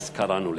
אז קראנו לזה.